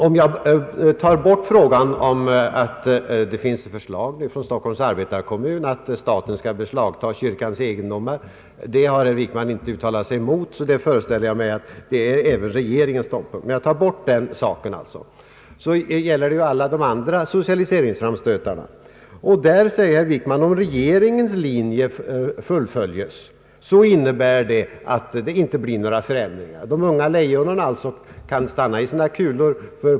Om jag bortser från att det finns förslag från Stockholms arbetarkommun att staten skall beslagta kyrkans egendomar — det har herr Wickman inte uttalat sig emot, så jag föreställer mig att det är även regeringens ståndpunkt — så innebär ju allt det andra socialiseringsframstötar. Herr Wickman förklarar att om regeringens linje fullföljes innebär det att det inte blir några förändringar. De unga lejonen kan alltså stanna i sin kulor.